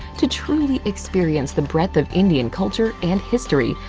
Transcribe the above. to truly experience the breadth of indian culture and history,